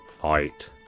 fight